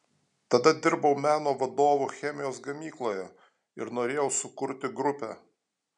tada dirbau meno vadovu chemijos gamykloje ir norėjau sukurti grupę